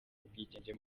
ubwigenge